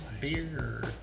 beer